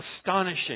astonishing